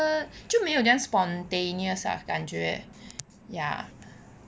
就没有这样 spontaneous lah 感觉 ya